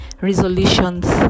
resolutions